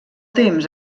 temps